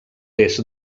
est